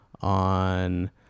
on